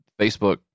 Facebook